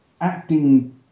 acting